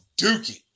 dookie